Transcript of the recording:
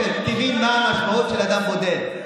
ושתדעי מה המשמעות של אדם בודד.